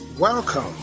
Welcome